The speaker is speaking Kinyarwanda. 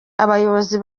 abayobozi